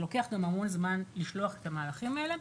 לוקח הרבה זמן לשלוח את המהלכים האלה.